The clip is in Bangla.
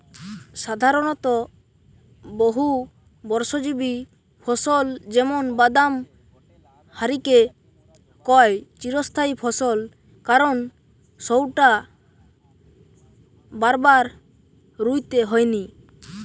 সাধারণত বহুবর্ষজীবী ফসল যেমন বাদাম হারিকে কয় চিরস্থায়ী ফসল কারণ সউটা বারবার রুইতে হয়নি